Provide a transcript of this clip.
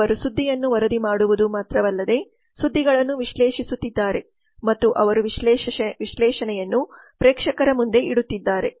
ಅವರು ಸುದ್ದಿಯನ್ನು ವರದಿ ಮಾಡುವುದು ಮಾತ್ರವಲ್ಲದೆ ಸುದ್ದಿಗಳನ್ನು ವಿಶ್ಲೇಷಿಸುತ್ತಿದ್ದಾರೆ ಮತ್ತು ಅವರು ವಿಶ್ಲೇಷಣೆಯನ್ನು ಪ್ರೇಕ್ಷಕರ ಮುಂದೆ ಇಡುತ್ತಿದ್ದಾರೆ